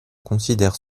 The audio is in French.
considère